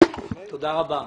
תודה רבה.